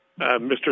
Mr